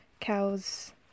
Cows